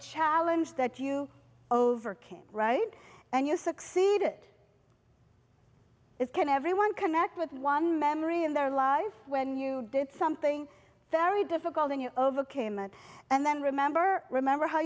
challenge that you overcame right and you succeeded is can everyone connect with one memory in their life when you did something very difficult in your overcame it and then remember remember how